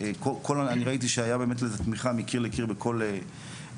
אני ראיתי שהיה באמת לזה תמיכה מקיר לקיר בכל הבית,